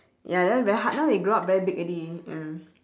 ya that one very hard now they grow up very big already ya